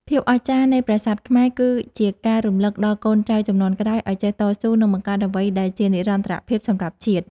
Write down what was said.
ភាពអស្ចារ្យនៃប្រាសាទខ្មែរគឺជាការរំឮកដល់កូនចៅជំនាន់ក្រោយឱ្យចេះតស៊ូ និង បង្កើតអ្វីដែលជានិរន្តរភាពសម្រាប់ជាតិ។